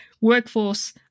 workforce